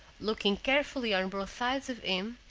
looking carefully on both sides of him,